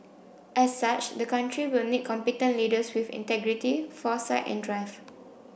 as such the country will need competent leaders with integrity foresight and drive